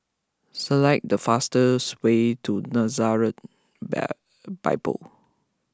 select the fastest way to Nazareth Bible